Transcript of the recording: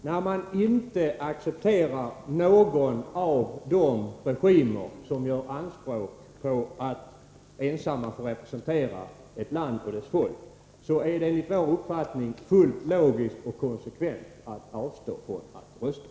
Fru talman! När man inte accepterar någon av de regimer som gör anspråk på att ensam få representera ett land och dess folk är det enligt vår uppfattning fullt logiskt och konsekvent att avstå från att rösta.